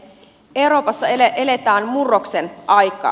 euroopassa eletään murroksen aikaa